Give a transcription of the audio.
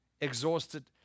exhausted